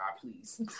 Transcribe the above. please